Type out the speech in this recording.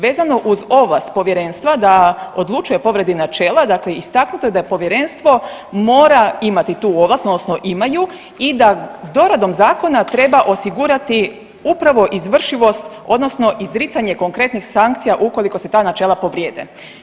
Vezano uz ovlast Povjerenstva da odlučuje o povredi načela, dakle istaknuto je da je Povjerenstvo mora imati tu ovlast, odnosno ima ju i da doradom zakona treba osigurati upravo izvršivost odnosno izricanje konkretnih sankcija ukoliko se ta načela povrijede.